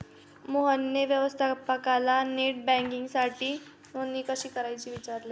मोहनने व्यवस्थापकाला नेट बँकिंगसाठी नोंदणी कशी करायची ते विचारले